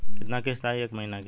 कितना किस्त आई एक महीना के?